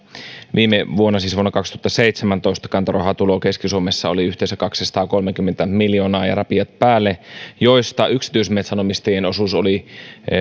viime vuonna siis vuonna kaksituhattaseitsemäntoista kantorahatulo keski suomessa oli yhteensä kaksisataakolmekymmentä miljoonaa ja rapiat päälle ja siitä yksityismetsänomistajien osuus oli